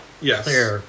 yes